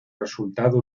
resultado